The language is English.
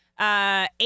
Eight